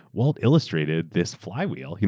walt illustrated this flywheel. you know